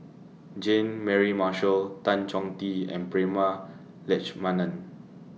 Jean Mary Marshall Tan Chong Tee and Prema Letchumanan